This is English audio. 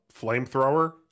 flamethrower